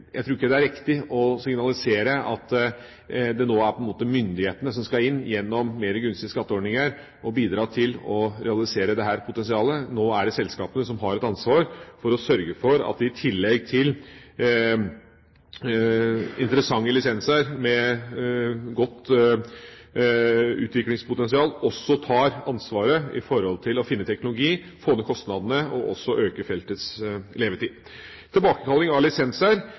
det er riktig å signalisere at det nå på en måte er myndighetene som, gjennom mer gunstige skatteordninger, skal inn og bidra til å realisere dette potensialet. Nå er det selskapene som har et ansvar for å sørge for at vi i tillegg til interessante lisenser med godt utviklingspotensial også tar ansvaret for å finne teknologi, få ned kostnadene og også øke feltets levetid. Tilbakekalling av lisenser